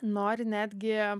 nori netgi